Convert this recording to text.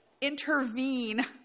intervene